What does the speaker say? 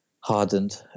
hardened